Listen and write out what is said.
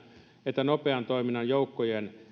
että nopean toiminnan joukkojen